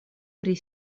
pri